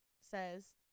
says